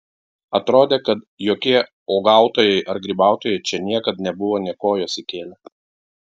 atrodė kad jokie uogautojai ar grybautojai čia niekad nebuvo nė kojos įkėlę